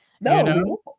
No